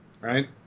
right